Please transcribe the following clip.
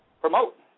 promote